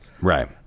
Right